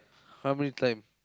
how many time